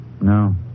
No